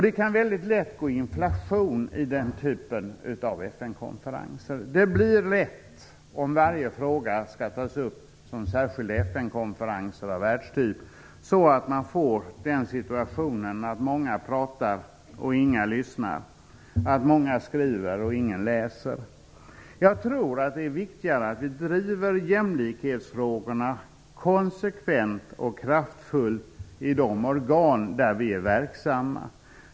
Det kan väldigt lätt gå inflation i den typen av FN Det blir lätt, om varje fråga skall tas upp som särskild FN-konferens av världstyp, att man får den situationen att många pratar och ingen lyssnar, att många skriver och ingen läser. Jag tror att det är viktigare att vi driver jämlikhetsfrågorna konsekvent och kraftfullt i de organ där vi är verksamma.